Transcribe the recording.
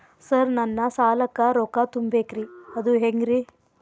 Sir ನನ್ನ ಸಾಲಕ್ಕ ರೊಕ್ಕ ತುಂಬೇಕ್ರಿ ಅದು ಹೆಂಗ್ರಿ?